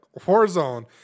Warzone